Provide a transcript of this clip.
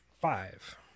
five